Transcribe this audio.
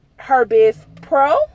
herbizpro